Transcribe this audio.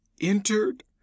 entered